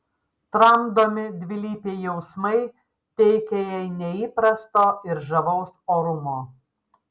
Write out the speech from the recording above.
tramdomi dvilypiai jausmai teikia jai neįprasto ir žavaus orumo